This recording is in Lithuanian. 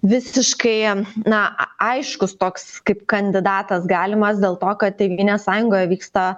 visiškai na aiškus toks kaip kandidatas galimas dėl to kad tėvynės sąjungoje vyksta